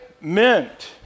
mint